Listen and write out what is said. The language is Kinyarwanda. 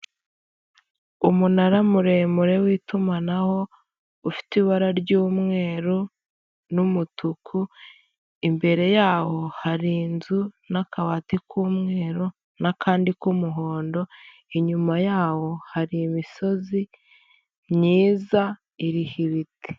Umunara muremure w'itumanaho ufite ibara ry'umweru n'umutuku, imbere yawo hari inzu n'akabati k'umweru n'akandi k'umuhondo, inyuma yawo hari imisozi myiza iriho ibiti.